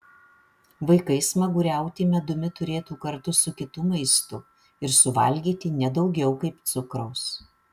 vaikai smaguriauti medumi turėtų kartu su kitu maistu ir suvalgyti ne daugiau kaip cukraus